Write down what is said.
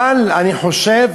אבל אני חושב